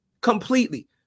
Completely